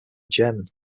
german